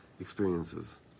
experiences